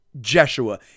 Jeshua